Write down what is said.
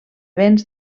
vents